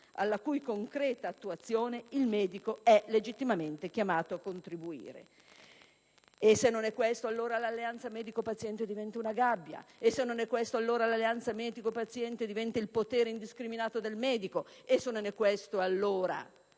alla cui concreta attuazione il medico è legittimamente chiamato a contribuire. E se non è questo, allora l'alleanza medico-paziente diventa una gabbia. E se non è questo, allora l'alleanza medico-paziente diventa il potere indiscriminato del medico. E se non è questo, allora,